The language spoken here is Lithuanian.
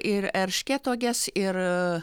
ir erškėtuoges ir